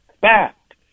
fact